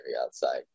outside